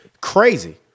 crazy